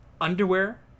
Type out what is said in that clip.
underwear